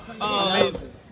amazing